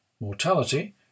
mortality